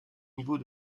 niveau